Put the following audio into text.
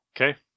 Okay